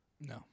No